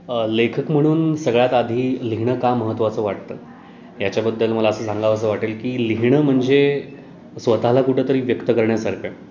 लेखक म्हणून सगळ्यात आधी लिहिणं का महत्त्वाचं वाटतं याच्याबद्दल मला असं सांगावंसं वाटेल की लिहिणं म्हणजे स्वतःला कुठंतरी व्यक्त करण्यासारखं आहे